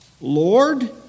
Lord